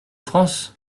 france